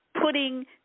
putting